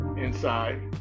inside